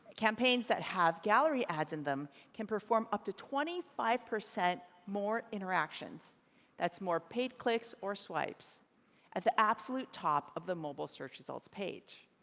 campaigns that have gallery ads in them can perform up to twenty five percent more interactions that's more paid clicks or swipes at the absolute top of the mobile search results page.